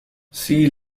see